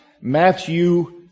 Matthew